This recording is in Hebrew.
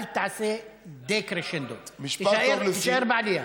אל תעשה דה-קרשנדו, תישאר בעלייה.